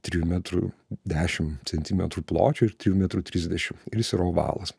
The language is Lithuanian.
trijų metrų dešimt centimetrų pločio ir trijų metrų trisdešimt ir jis yra ovalas